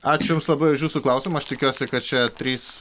ačiū jums labai už jūsų klausimą aš tikiuosi kad čia trys